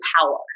power